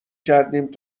کردیم